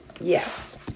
yes